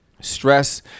stress